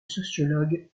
sociologue